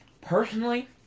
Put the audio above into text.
Personally